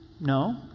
No